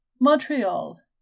Montreal